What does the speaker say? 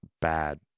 bad